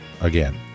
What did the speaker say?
again